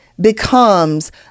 becomes